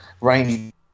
Rainy